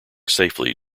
safely